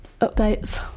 updates